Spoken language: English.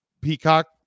Peacock